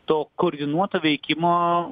to koordinuoto veikimo